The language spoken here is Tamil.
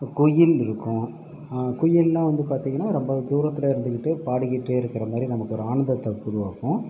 குயில் இருக்கும் குயில்லாம் வந்து பார்த்திங்கன்னா ரொம்ப தூரத்தில் இருந்துகிட்டு பாடிகிட்டேருக்குற மாதிரி நமக்கு ஒரு ஆனந்தத்தை கொடுக்கும்